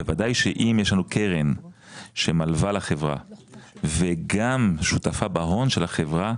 בוודאי שאם יש לנו קרן שמלווה לחברה וגם שותפה בהון של החברה,